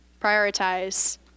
prioritize